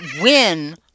win